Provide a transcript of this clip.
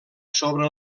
sobre